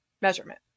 measurement